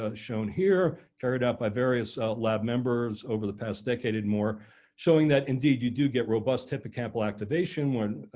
ah shown here, carried out by various lab members over the past decade and more showing that, indeed, you do get robust typical activation when